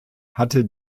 hatte